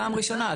פעם ראשונה.